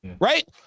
right